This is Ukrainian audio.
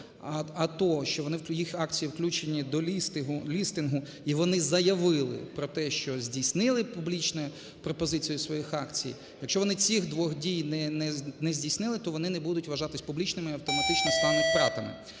а то, що їх акції включені до лістингу, і вони заявили про те, що здійснили публічну пропозицію своїх акцій. Якщо вони цих двох дій не здійснили, то вони не будуть вважатись публічними і автоматично стануть піратами.